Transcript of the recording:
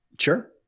Sure